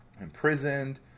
Imprisoned